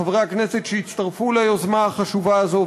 חברי הכנסת שהצטרפו ליוזמה החשובה הזאת,